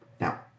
Now